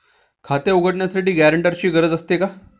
खाते उघडण्यासाठी गॅरेंटरची गरज असते का?